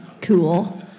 cool